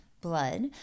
blood